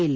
L